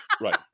Right